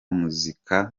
muzika